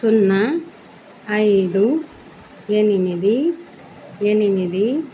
సున్నా ఐదు ఎనిమిది ఎనిమిది